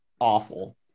awful